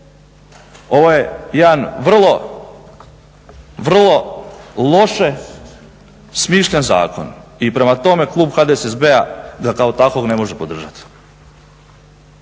Ovo je jedan vrlo loše smišljen zakon i prema tome klub HDSSB-a ga kao takvog ne može podržati.